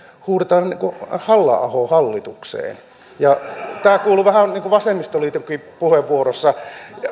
huudetaan halla ahoa hallitukseen tämä kuului vähän vasemmistoliitonkin puheenvuorossa